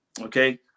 okay